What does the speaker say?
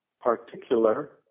particular